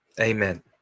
Amen